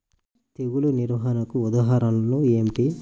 తెగులు నిర్వహణకు ఉదాహరణలు ఏమిటి?